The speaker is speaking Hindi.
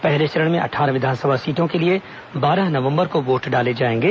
पहले चरण में अट्ठारह विधानसभा सीटों के लिए बारह नवम्बर को वोट डाले जाएंगे